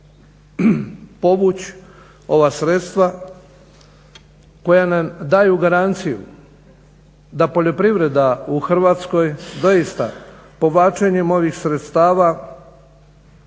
povući ova sredstva koja nam daju garanciju da poljoprivreda u Hrvatskoj doista povlačenjem ovih sredstava